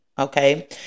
Okay